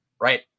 right